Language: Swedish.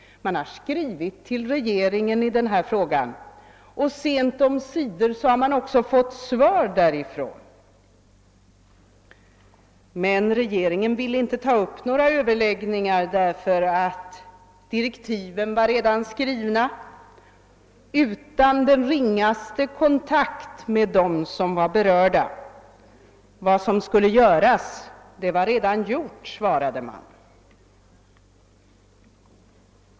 Man har skrivit till regeringen i den här saken, och sent omsider har man också fått svar, men regeringen vill inte ta upp några överläggningar, eftersom direktiven redan har skrivits utan den ringaste kontakt med de berörda. Vad som skulle göras var redan gjort, svarades det.